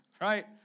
Right